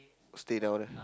stay down there